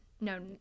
No